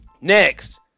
Next